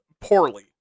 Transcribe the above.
Poorly